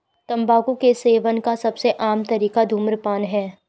तम्बाकू के सेवन का सबसे आम तरीका धूम्रपान है